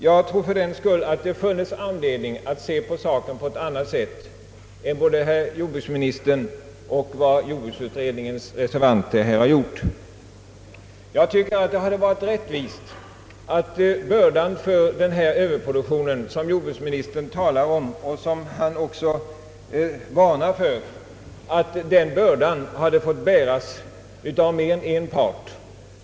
Jag tror fördenskull att det funnes anledning att se på saken på ett annat sätt än vad både jordbruksministern och jordbruksutredningens reservanter har gjort. Det hade varit rättvist att bördan för den »överproduktion» som jordbruksministern talar om och som han också varnar för hade fått bäras av mer än en part.